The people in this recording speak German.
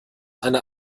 eine